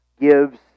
gives